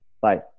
Bye